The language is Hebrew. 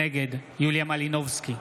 נגד יוליה מלינובסקי,